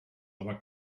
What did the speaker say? aber